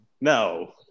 No